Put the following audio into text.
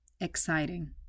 exciting